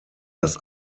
das